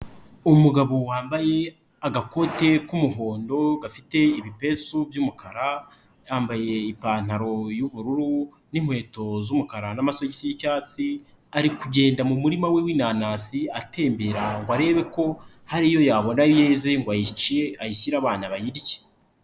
Umugabo wambaye agakote k'umuhondo gafite ibipesu by'umukara, yambaye ipantaro y'ubururu n'inkweto z'umukara n'amasogisi y'icyatsi, ari kugenda mu murima we w'inanasi atembera ngo arebe ko hariyo yabona yeze ngo ayice ayishyire abana bayirye.